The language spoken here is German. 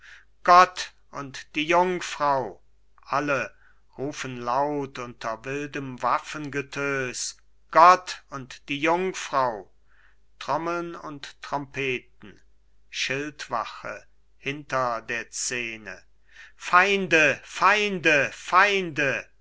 gott und die jungfrau alle rufen laut unter wildem waffengetös gott und die jungfrau trommeln und trompeten schildwache hinter der szene feinde feinde feinde